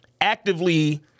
actively